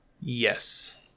Yes